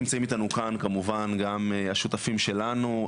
נמצאים איתנו כאן כמובן גם השותפים שלנו,